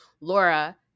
Laura